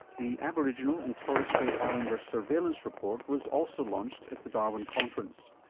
the aboriginal and torres strait islander surveillance report was also launched at the darwin conference.